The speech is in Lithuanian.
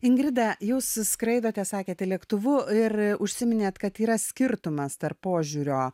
ingrida jūs skraidote sakėte lėktuvu ir užsiminėt kad yra skirtumas tarp požiūrio